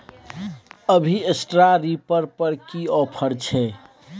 अभी straw reaper पर की ऑफर छै?